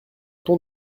ton